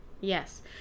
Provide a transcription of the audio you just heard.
yes